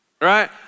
Right